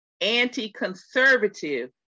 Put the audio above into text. anti-conservative